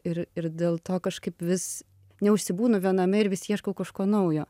ir ir dėl to kažkaip vis neužsibūnu viename ir vis ieškau kažko naujo